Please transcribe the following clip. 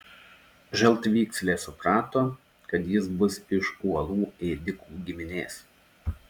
žaltvykslė suprato kad jis bus iš uolų ėdikų giminės